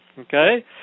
okay